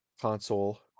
console